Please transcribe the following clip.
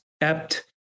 apt